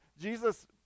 Jesus